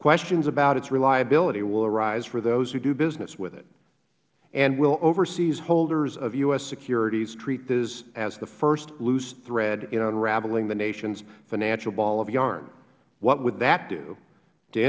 questions about its reliability will arise for those who do business with it and will overseas holders of u s securities treat this as the first loose thread in unraveling the nation's financial ball of yarn what would that do t